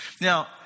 Now